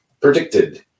predicted